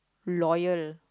loyal